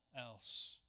else